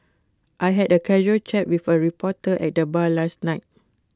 I had A casual chat with A reporter at the bar last night